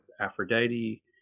Aphrodite